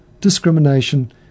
discrimination